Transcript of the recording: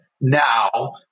now